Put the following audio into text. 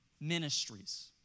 ministries